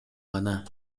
гана